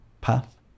path